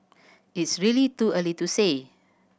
it's really too early to say